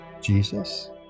Jesus